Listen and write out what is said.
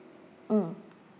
mm